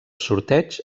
sorteig